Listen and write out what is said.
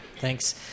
Thanks